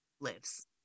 lives